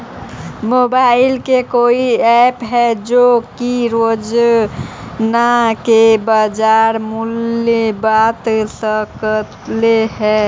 Mobile के कोइ app है जो कि रोजाना के बाजार मुलय बता सकले हे?